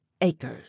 acres